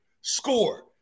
Score